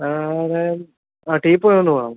വേറെ ആ ടീപ്പോയ് ഒന്ന് വേണം